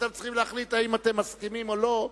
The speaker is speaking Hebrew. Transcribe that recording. אתם צריכים להחליט אם אתם מסכימים או לא.